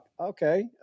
okay